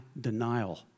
denial